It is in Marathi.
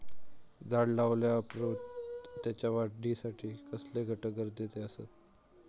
झाड लायल्या ओप्रात त्याच्या वाढीसाठी कसले घटक गरजेचे असत?